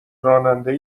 راننده